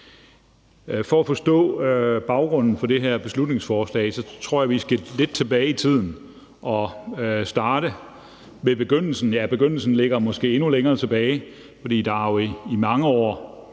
For at forstå baggrunden for det her beslutningsforslag tror jeg, vi skal lidt tilbage i tiden og starte ved begyndelsen – ja, begyndelsen lægger måske endnu længere tilbage, for der har jo i mange år,